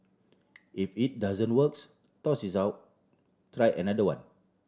if it doesn't works toss it out try another one